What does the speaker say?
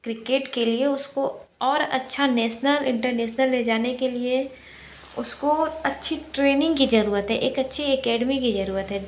cricket के लिए उसको और अच्छा नेशनल इंटरनेशनल ले जाने के लिए उसको अच्छी ट्रेनिंग की जरूरत है एक अच्छी एकेडमी की जरूरत है